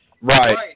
Right